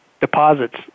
deposits